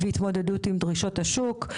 והתמודדות עם דרישות השוק,